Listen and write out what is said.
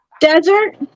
desert